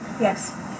Yes